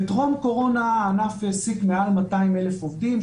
בטרום קורונה הענף העסיק מעל 200,000 עובדים.